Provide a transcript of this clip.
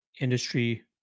industry